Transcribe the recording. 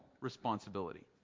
responsibility